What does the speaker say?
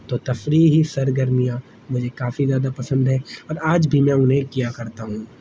تو تفریحی سرگرمیاں مجھے کافی زیادہ پسند ہیں اور آج بھی میں انہیں کیا کرتا ہوں